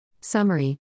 Summary